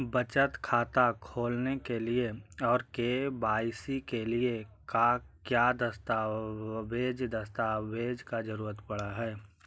बचत खाता खोलने के लिए और के.वाई.सी के लिए का क्या दस्तावेज़ दस्तावेज़ का जरूरत पड़ हैं?